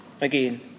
again